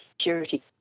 security